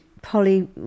Polly